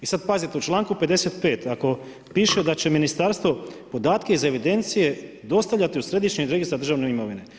I sad pazite, u članku 55. ako piše da će Ministarstvo podatke iz evidencije dostavljati u Središnji registar državne imovine.